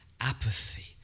apathy